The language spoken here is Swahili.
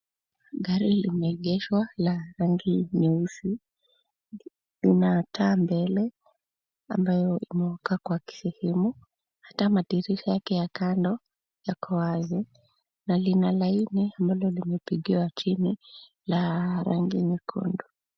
Gari limeegeshwa la rangi nyeusi. Lina taa mbele ambayo imewaka kwa kisehemu, hata madirisha yake ya kando yako wazi na lina laini ambalo limepigiwa trimi la rangi nyekundu.